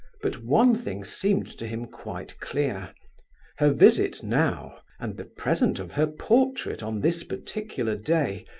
but one thing seemed to him quite clear her visit now, and the present of her portrait on this particular day,